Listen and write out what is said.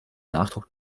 nachdruck